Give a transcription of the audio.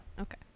Okay